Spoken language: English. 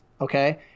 Okay